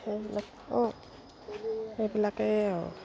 সেইবিলাক অঁ সেইবিলাকেই আৰু